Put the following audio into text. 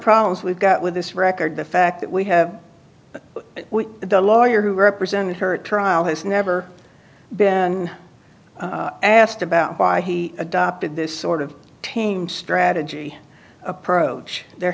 problems we've got with this record the fact that we have the lawyer who represented her trial has never been asked about why he adopted this sort of team strategy approach there